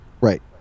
Right